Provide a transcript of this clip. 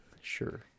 Sure